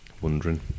Wondering